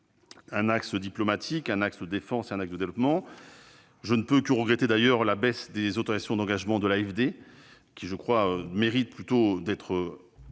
un axe diplomatique, un axe de défense et un axe de développement. Je ne peux que regretter à cet égard la baisse des autorisations d'engagement de l'AFD (Agence française de